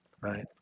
right